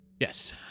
yes